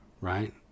right